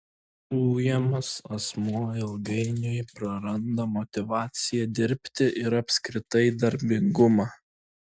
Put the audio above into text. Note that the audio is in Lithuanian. ujamas asmuo ilgainiui praranda motyvaciją dirbti ir apskritai darbingumą